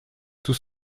tout